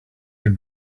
your